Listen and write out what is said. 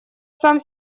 сам